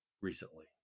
recently